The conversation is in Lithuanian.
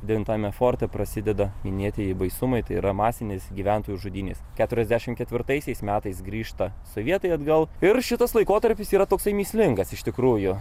devintajame forte prasideda minėtieji baisumai tai yra masinis gyventojų žudynės keturiasdešimt ketvirtaisiais metais grįžta sovietai atgal ir šitas laikotarpis yra toksai mįslingas iš tikrųjų